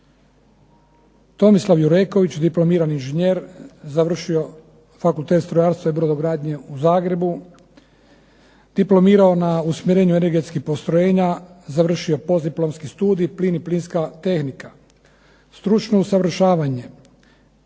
Tomislav Jureković, diplomirani inženjer, završio fakultet strojarstva i brodogradnje u Zagrebu, diplomirao na usmjerenju energetskih postrojenja, završio postdiplomski studij plin i plinska tehnika. Stručno usavršavanje: